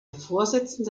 vorsitzende